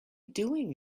doing